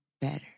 better